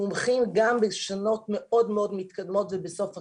מומחים גם בשנים מאוד מתקדמות ובסוף הקריירה.